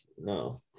No